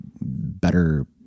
better